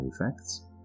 effects